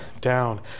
down